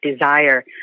desire